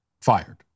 fired